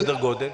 סדר גודל?